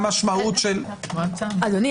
אדוני,